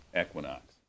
equinox